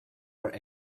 are